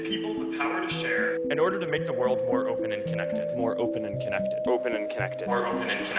people the power to share. in order to make the world more open and connected. more open and connected. open and connected. more open and